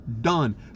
done